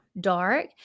dark